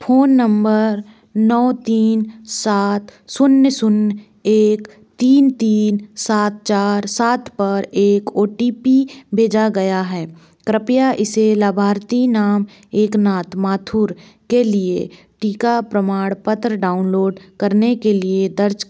phone number नौ तीन सात शून्य शून्य एक तीन तीन सात चार सात पर एक ओ टी पी भेजा गया है कृपया इसे लाभार्थी नाम एकनाथ माथुर के लिए टीका प्रमाणपत्र डाउनलोड करने के लिए दर्ज